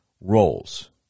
roles